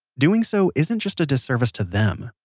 doing so isn't just a disservice to them,